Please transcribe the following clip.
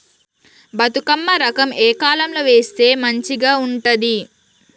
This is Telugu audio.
బతుకమ్మ రకం ఏ కాలం లో వేస్తే మంచిగా ఉంటది?